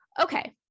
okay